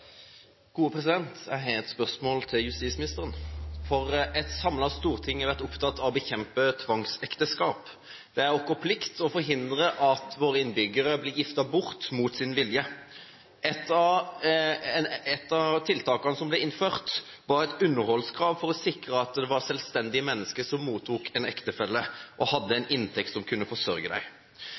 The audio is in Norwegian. å bekjempe tvangsekteskap. Det er vår plikt å forhindre at våre innbyggere blir giftet bort mot sin vilje. Ett av tiltakene som ble innført, var et underholdskrav for å sikre at det var selvstendige mennesker som mottok en ektefelle, og hadde en inntekt som kunne forsørge